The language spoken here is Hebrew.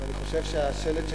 אני חושב שהשלט,